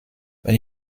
wenn